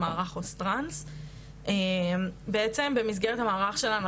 אני עובדת במערך עו"ס טרנס ובעצם במסגרת המערך שלנו,